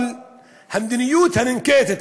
אבל המדיניות הננקטת,